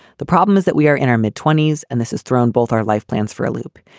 the problem is that we are in our mid twenty s and this is thrown both our life plans for a loop.